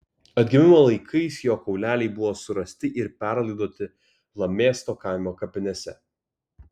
atgimimo laikais jo kauleliai buvo surasti ir perlaidoti lamėsto kaimo kapinėse